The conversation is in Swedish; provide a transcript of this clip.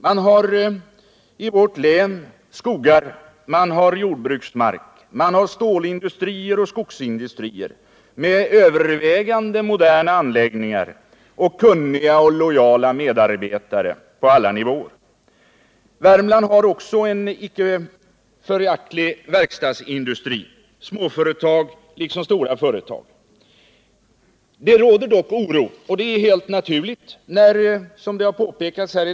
Det finns i vårt län skogar, jordbruksmark, stålindustrier och skogsindustrier med övervägande moderna anläggningar och kunniga och lojala medarbetare på alla nivåer. Värmland har också en icke föraktlig verkstadsindustri med småföretag och stora företag. Det råder dock en oro, helt naturligt.